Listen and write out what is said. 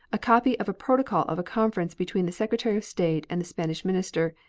a copy of a protocol of a conference between the secretary of state and the spanish minister,